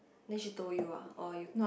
then she told you ah or you